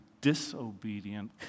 disobedient